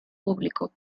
público